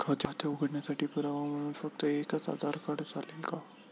खाते उघडण्यासाठी पुरावा म्हणून फक्त एकच आधार कार्ड चालेल का?